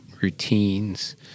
routines